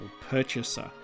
purchaser